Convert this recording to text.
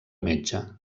metge